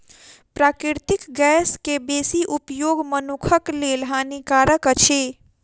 प्राकृतिक गैस के बेसी उपयोग मनुखक लेल हानिकारक अछि